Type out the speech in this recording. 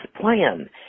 plan